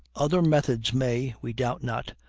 other methods may, we doubt not,